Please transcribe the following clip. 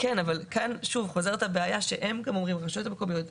כאן חוזרת הבעיה שגם הרשויות המקומיות הציגו,